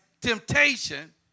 temptation